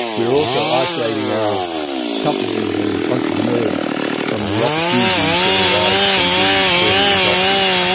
we're also isolating our companies and entrepreneurs from the opportunities that arise from being early adopters.